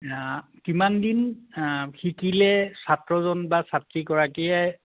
কিমানদিন শিকিলে ছাত্ৰজন বা ছাত্ৰীগৰাকীয়ে